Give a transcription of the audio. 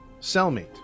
cellmate